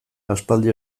aspaldi